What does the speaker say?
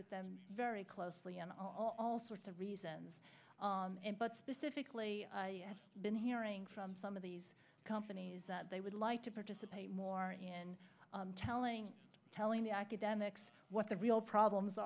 with them very closely on all sorts of reasons but specifically have been hearing from some of these companies that they would like to participate more in telling telling the academics what the real problems